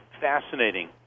fascinating